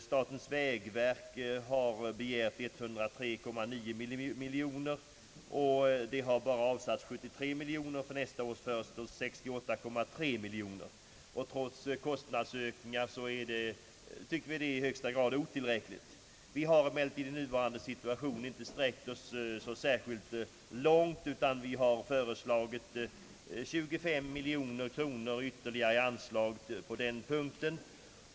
Statens vägverk har begärt 103,9 miljoner kronor, och det har bara avsatts 73 miljoner. För nästa år föreslås 68,3 miljoner kronor. Trots kostnadsokningar tycker vi att detta är i högsta grad otillräckligt. Vi har emellertid i nuvarande situation nöjt oss med att föreslå 25 miljoner kronor ytterligare i anslag på den punkten.